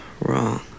Wrong